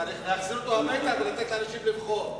צריך להחזיר אותו הביתה ולתת לאנשים לבחור.